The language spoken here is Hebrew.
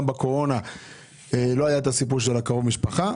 גם בקורונה לא היה את הסיפור של קרוב משפחה.